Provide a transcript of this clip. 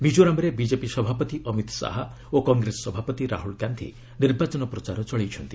ମିକୋରାମ୍ରେ BJP ସଭାପତି ଅମିତ୍ ଶାହା ଓ କଂଗ୍ରେସ ସଭାପତି ରାହୁଲ୍ ଗାନ୍ଧି ନିର୍ବାଚନ ପ୍ରଚାର ଚଳେଇଛନ୍ତି